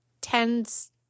tends